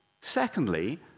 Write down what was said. Secondly